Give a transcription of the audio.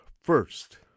first